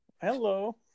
hello